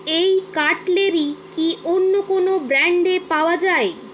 এই কাটলেরি কি অন্য কোনও ব্র্যান্ডে পাওয়া যায়